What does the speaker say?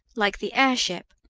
like the airship,